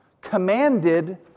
commanded